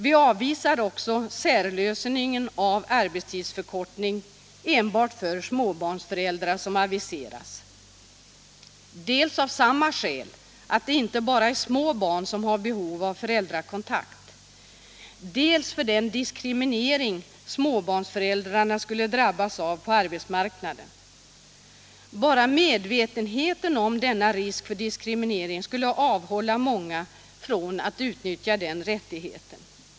Vi avvisar också den särlösning med arbetstidsförkortning enbart för småbarnsföräldrar som aviseras — dels av samma skäl, att det inte bara är små barn som har behov av föräldrakontakt, dels för den diskriminering småbarnsföräldrarna skulle drabbas av på arbetsmarknaden. Bara medvetenheten om denna risk för diskriminering skulle avhålla många från att utnyttja den rättigheten.